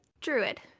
Druid